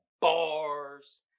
bars